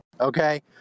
Okay